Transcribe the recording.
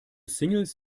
singles